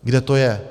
Kde to je?